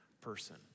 person